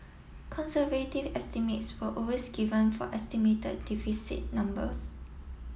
conservative estimates were always given for estimated deficit numbers